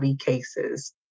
cases